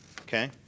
Okay